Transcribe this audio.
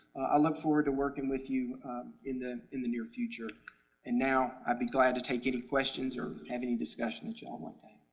i look forward to working with you in the. in the near future and now i'll be glad to take any questions or have any discussions that y'all want and